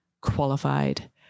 qualified